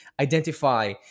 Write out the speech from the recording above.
identify